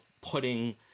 putting